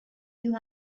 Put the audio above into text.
you